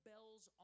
bells